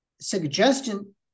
suggestion